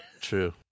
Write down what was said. true